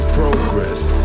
progress